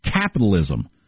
Capitalism